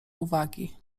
uwagi